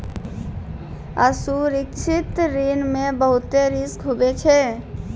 असुरक्षित ऋण मे बहुते रिस्क हुवै छै